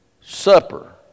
supper